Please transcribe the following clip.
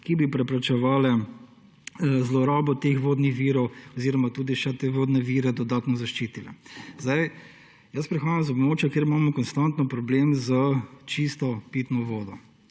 ki bi preprečevale zlorabo teh vodnih virov oziroma tudi še te vodne vire dodatno zaščitile. Prihajam z območja, kjer imamo konstantno problem s čisto pitno vodo.